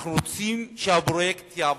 אנחנו רוצים שהפרויקט יעבוד,